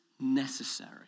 necessary